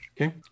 okay